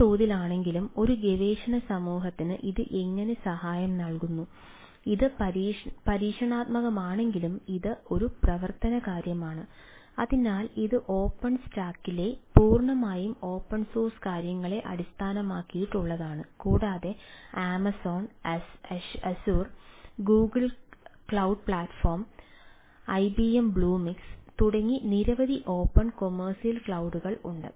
ചില ഉദാഹരണ കേസുകൾ കാണിക്കാൻ നമ്മൾ ശ്രമിച്ചു